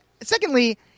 Secondly